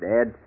Dad